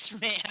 Man